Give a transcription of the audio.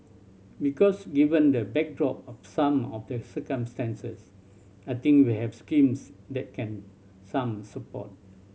because given the backdrop of some of the circumstances I think we have schemes that can some support